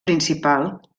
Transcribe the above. principal